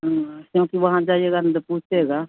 हाँ क्योंकि वहाँ जाइएगा न तो पूछेगा